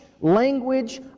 language